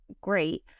great